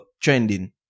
trending